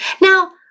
Now